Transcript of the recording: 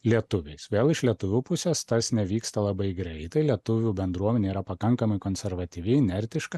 lietuviais vėl iš lietuvių pusės tas nevyksta labai greitai lietuvių bendruomenė yra pakankamai konservatyvi inertiška